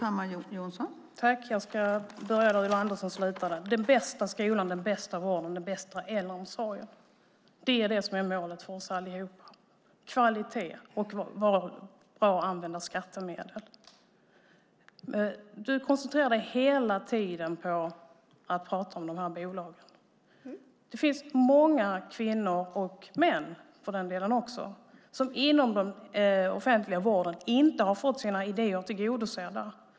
Fru talman! Jag börjar där Ulla Andersson slutade. Den bästa skolan, den bästa vården och den bästa äldreomsorgen är målet för oss allihop. Det handlar om kvalitet och att använda skattemedel på ett bra sätt. Du koncentrerar dig hela tiden på att tala om dessa bolag. Det finns många kvinnor och för den delen också män som inom den offentliga vården inte har fått sina idéer tillgodosedda.